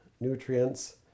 nutrients